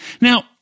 Now